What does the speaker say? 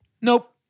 Nope